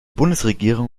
bundesregierung